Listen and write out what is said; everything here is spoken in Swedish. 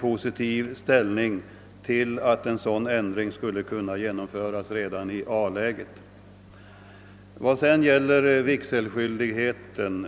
positivt inställd till att en sådan ändring skulle genomföras. redan i A-läget. Sedan gäller det vigselskyldigheten.